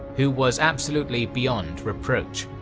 who was absolutely beyond reproach.